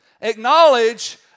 acknowledge